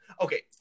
Okay